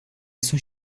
sunt